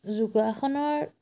যোগাসনৰ